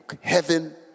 heaven